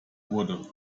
wurde